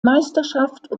meisterschaft